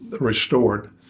restored